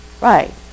Right